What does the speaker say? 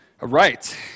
right